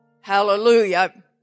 Hallelujah